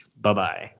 Bye-bye